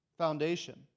Foundation